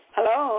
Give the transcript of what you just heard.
Hello